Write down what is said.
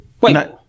Wait